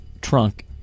trunk